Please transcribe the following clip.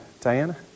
Diana